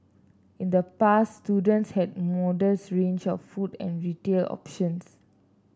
in the past students had a modest range of food and retail options